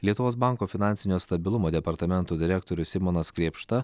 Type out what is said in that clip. lietuvos banko finansinio stabilumo departamento direktorius simonas krėpšta